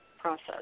process